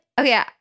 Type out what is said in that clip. Okay